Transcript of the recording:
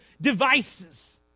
devices